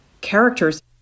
characters